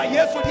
Yes